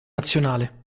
nazionale